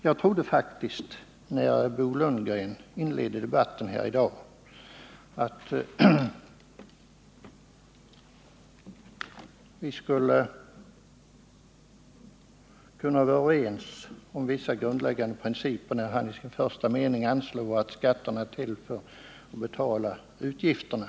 Jag trodde faktiskt att vi i dag skulle kunna vara överens om vissa grundläggande principer, när Bo Lundgren inledde debatten och i sin första mening slog fast att skatterna är till för att betala utgifterna.